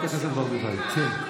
הצעת החוק הזו,